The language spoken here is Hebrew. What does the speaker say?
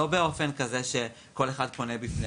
לא באופן כזה שכל אחד פונה בפני